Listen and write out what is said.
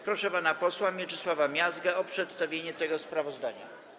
Proszę pana posła Mieczysława Miazgę o przedstawienie tego sprawozdania.